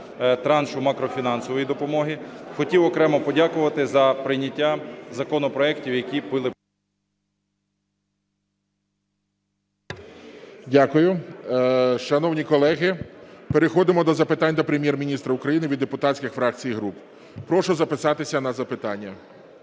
траншу макрофінансової допомоги. Хотів окремо подякувати за прийняття законопроектів, які... ГОЛОВУЮЧИЙ. Дякую. Шановні колеги, переходимо до запитань до Прем'єр-міністра України від депутатських фракцій і груп. Прошу записатися на запитання.